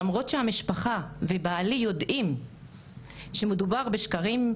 למרות שהמשפחה ובעלי יודעים שמדובר בשקרים,